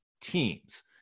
teams